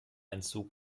entzug